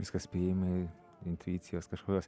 viskas spėjimai intuicijos kažkokios